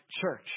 church